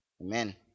Amen